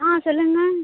ஆ சொல்லுங்கள்